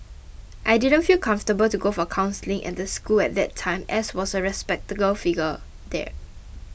I didn't feel comfortable to go for counselling at the school at that time as was a respectable figure there